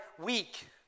weak